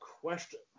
question